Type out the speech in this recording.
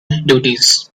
duties